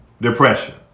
depression